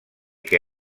que